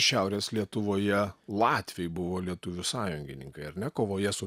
šiaurės lietuvoje latviai buvo lietuvių sąjungininkai ar ne kovoje su